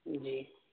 جی